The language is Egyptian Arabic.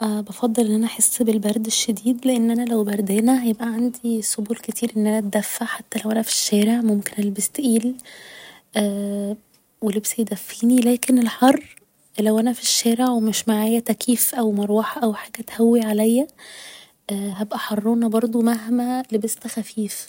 بفضل أن أنا احس بالبرد الشديد لأن أنا لو بردانة هيبقى عندي سبل كتير أن أنا أتدفى حتى لو أنا في الشارع ممكن البس تقيل و لبس يدفيني لكن الحر لو أنا في الشارع و مش معايا تكيف او مروحة او حاجة تهوي عليا هبقى حرانة برضه مهما لبست خفيف